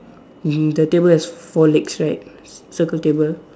mm the table has four legs right s~ circle table